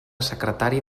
secretari